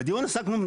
בדיון עסקנו,